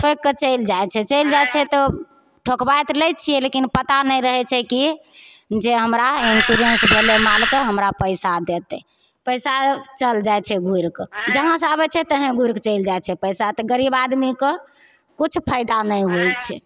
ठोकिके चलि जाइ छै चलि जाइ छै तऽ ठोकबै तऽ लै छिए लेकिन पता नहि रहै छै कि जे हमरा इन्श्योरेन्स भेलै मालके हमरा पइसा देतै पइसा चलि जाइ छै घुरिके जहाँसे आबै छै तहेँ घुरिके चलि जाइ छै पइसा तऽ गरीब आदमीकेँ किछु फायदा नहि होइ छै